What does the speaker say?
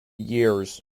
years